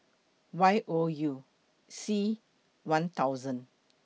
Y O U C one thousand